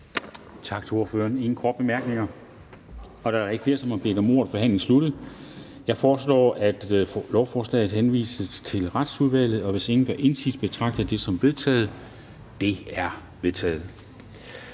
Der er ingen korte bemærkninger. Da der ikke er flere, som har bedt om ordet, er forhandlingen sluttet. Jeg foreslår, at beslutningsforslaget henvises til Retsudvalget. Og hvis ingen gør indsigelse, betragter jeg det som vedtaget. Det er vedtaget.